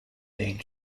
being